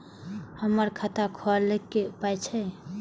हमर खाता खौलैक पाय छै